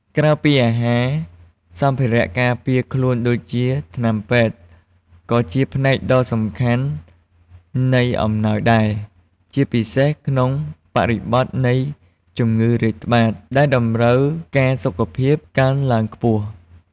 ក្រៅពីអាហារ សម្ភារៈការពារខ្លួន ដូចជាថ្នាំពេទ្យ ក៏ជាផ្នែកដ៏សំខាន់នៃអំណោយដែរ ជាពិសេសក្នុងបរិបទនៃជំងឺរាតត្បាត ដែលតម្រូវការសុខភាពកើនឡើងខ្ពស់។